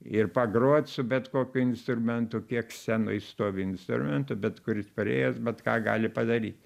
ir pagrot su bet kokiu instrumentu kiek scenoj stovi instrumentų bet kuris priėjęs bet ką gali padaryt